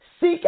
seek